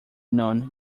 known